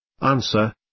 Answer